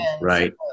right